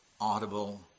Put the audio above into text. audible